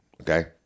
okay